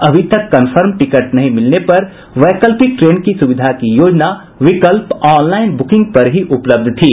अभी तक confirm ticket नहीं मिलने पर वैकल्पिक ट्रेन की सुविधा की योजना विकल्प ऑन लाइन बुकिंग पर ही उपलब्ध थी